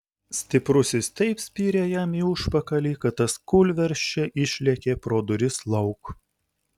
stiprusis taip spyrė jam į užpakalį kad tas kūlversčia išlėkė pro duris lauk